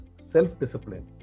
self-discipline